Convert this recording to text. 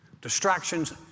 Distractions